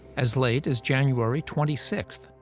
as late as january twenty six,